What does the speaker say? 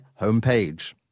homepage